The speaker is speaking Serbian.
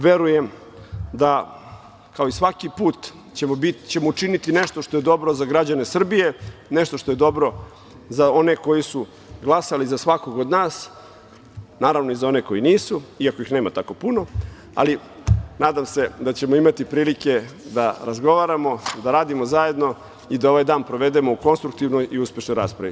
Verujem da, kao i svaki put, ćemo učiniti nešto što je dobro za građane Srbije, nešto što je dobro za one koji su glasali za svakog od nas, naravno i za one koji nisu, iako ih nema tako puno, ali nadam se da ćemo imati prilike da razgovaramo, da radimo zajedno i da ovaj dan provedemo u konstruktivnoj i uspešnoj raspravi.